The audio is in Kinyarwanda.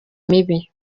mibi